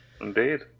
Indeed